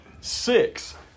six